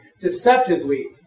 deceptively